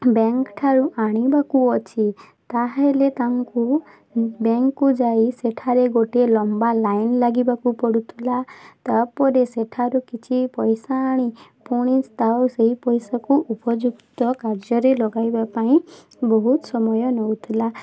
ବ୍ୟାଙ୍କ୍ଠାରୁ ଆଣିବାକୁ ଅଛି ତାହେଲେ ତାଙ୍କୁ ବ୍ୟାଙ୍କ୍କୁ ଯାଇ ସେଠାରେ ଗୋଟେ ଲମ୍ବା ଲାଇନ୍ ଲାଗିବାକୁ ପଡ଼ୁଥିଲା ତାପରେ ସେଠାରୁ କିଛି ପଇସା ଆଣି ପୁଣି ତା ସେଇ ପଇସାକୁ ଉପଯୁକ୍ତ କାର୍ଯ୍ୟରେ ଲଗାଇବା ପାଇଁ ବହୁତ ସମୟ ନଉଥିଲା